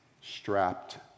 strapped